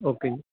okay ਜੀ